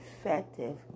effective